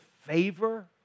favor